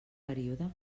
període